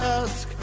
ask